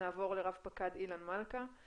נעבור לרפ"ק אילן מלכה.